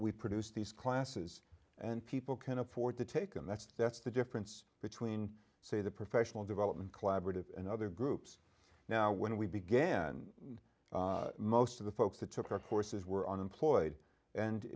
we produce these classes and people can afford to take and that's that's the difference between say the professional development collaborative and other groups now when we began most of the folks that took our courses were unemployed and